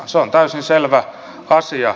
se on täysin selvä asia